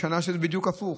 יש שנה שזה בדיוק הפוך,